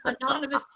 Anonymous